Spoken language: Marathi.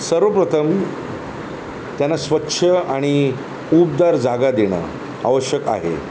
सर्वप्रथम त्यांना स्वच्छ आणि उबदार जागा देणं आवश्यक आहे